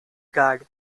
guard